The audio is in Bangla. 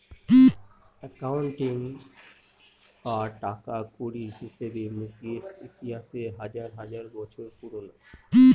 একাউন্টিং বা টাকাকড়ির হিসাবে মুকেশের ইতিহাস হাজার হাজার বছর পুরোনো